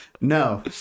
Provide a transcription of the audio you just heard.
No